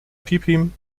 pippin